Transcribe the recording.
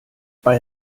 bei